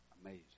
amazing